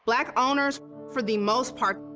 black owners, for the most part,